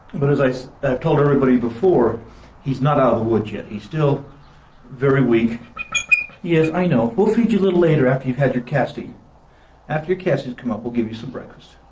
but as so i've told everybody before he's not out the woods yet he's still very weak yes i know, we'll feed you a little later after you've had your casting after your casting has come up, we'll give you some breakfast